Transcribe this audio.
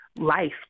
life